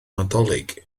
nadolig